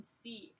see